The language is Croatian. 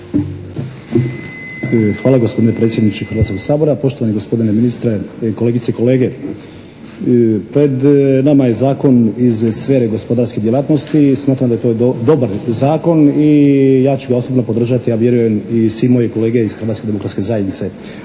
Hvala. Gospodine predsjedniče Hrvatskoga sabora, poštovani gospodine ministre, kolegice i kolege! Pred nama je zakon iz sfere gospodarske djelatnosti. Smatram da je to dobar zakon i ja ću ga osobno podržati a vjerujem i svi moji kolege iz Hrvatske demokratske zajednice,